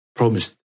Promised